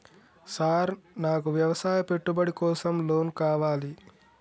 Sir నాకు వ్యవసాయ పెట్టుబడి కోసం లోన్ కావాలి?